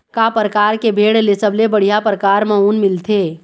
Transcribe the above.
का परकार के भेड़ ले सबले बढ़िया परकार म ऊन मिलथे?